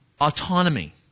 autonomy